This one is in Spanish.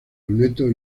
lunetos